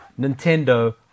nintendo